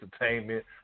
entertainment